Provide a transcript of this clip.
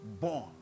born